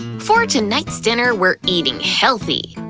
for tonight's dinner, we're eating healthy.